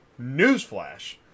Newsflash